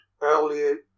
earlier